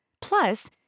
Plus